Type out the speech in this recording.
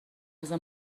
روزه